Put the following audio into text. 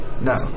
no